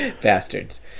Bastards